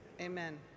Amen